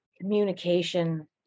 Communication